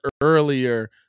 earlier